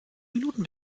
minuten